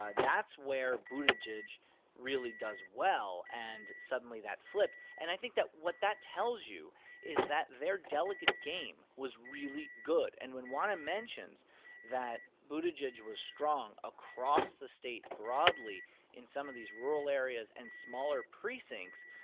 ah that's where buttigieg really does well. and, suddenly, that flipped. and i think that what that tells you is that their delegate game was really good. and when juana mentions that buttigieg was strong across the state broadly in some of these rural areas and smaller precincts,